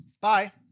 Bye